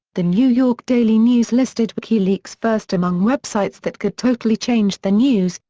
the new york daily news listed wikileaks first among websites that could totally change the news,